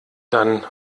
dann